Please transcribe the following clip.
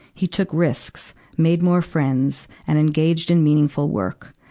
he took risks, made more friends, and engage in meaningful work.